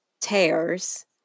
tears